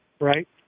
right